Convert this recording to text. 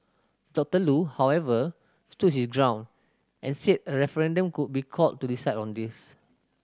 Doctor Loo however stood his ground and said a referendum could be called to decide on this